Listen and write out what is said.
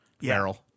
barrel